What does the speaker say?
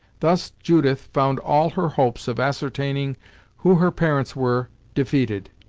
thus judith found all her hopes of ascertaining who her parents were defeated,